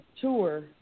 tour